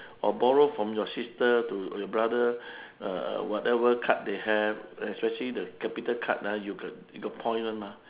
or borrow from your sister to or your brother uh uh whatever card they have especially the capital card ah you got you got point one ah